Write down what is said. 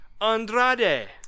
Andrade